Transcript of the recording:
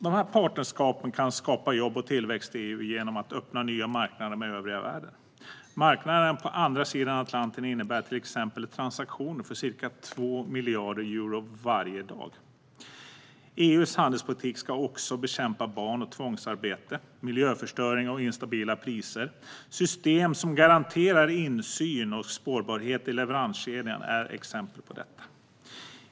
Dessa partnerskap kan skapa jobb och tillväxt i EU genom att öppna nya marknader med den övriga världen. Marknaderna på andra sidan Atlanten innebär till exempel transaktioner för ca 2 miljarder euro varje dag. EU:s handelspolitik ska också bekämpa barn och tvångsarbete, miljöförstöring och instabila priser. System som garanterar insyn och spårbarhet i leveranskedjan är ett exempel på detta.